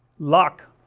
luck,